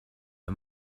her